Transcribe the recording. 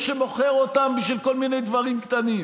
שמוכר אותם בשביל כל מיני דברים קטנים.